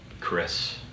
Chris